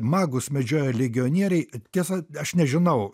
magus medžioja legionieriai tiesa aš nežinau